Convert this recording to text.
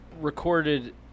recorded